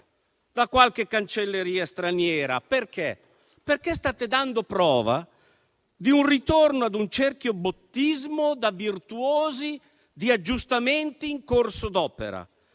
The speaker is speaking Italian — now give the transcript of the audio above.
da qualche cancelleria straniera. State dando prova di un ritorno a un cerchiobottismo da virtuosi di aggiustamenti in corso d'opera,